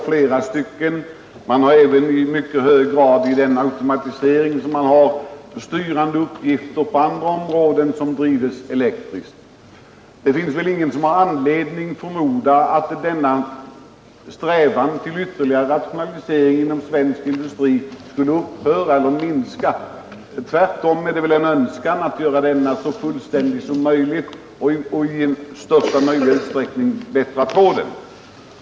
Automatiseringen av styrande uppgifter medför en ökad förbrukning av elektricitet även på andra områden. Det finns väl ingen anledning förmoda att denna strävan till ytterligare rationalisering inom svensk industri skulle upphöra eller minska. Tvärtom är det väl en önskan att göra denna så fullständig som möjligt och att i största möjliga utsträckning öka den.